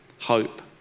hope